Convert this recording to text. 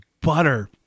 butter